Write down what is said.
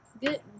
good